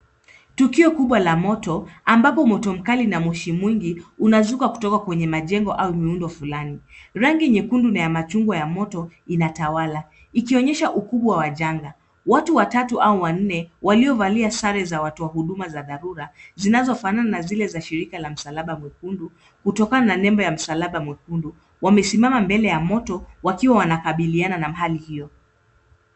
Tukio kubwa la moto, ambapo moto mkali na moshi mwingi unazuka kutoka kwenye majengo au muundo fulani. Rangi nyekundu na ya machungwa ya moto inatawala, ikionyesha ukubwa wa janga. Watu watatu au wanne, waliovalia sare za watu wa huduma za dharura, zinazofanana na zile za shirika la msalaba mwekundu, kutokana na nembo ya msalaba mwekundu, wamesimama mbele ya moto wakiwa wanakabiliana na hali hiyo.